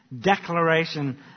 declaration